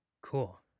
Cool